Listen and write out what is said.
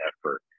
effort